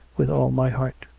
with all my heart.